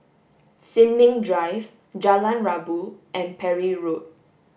Sin Ming Drive Jalan Rabu and Parry Road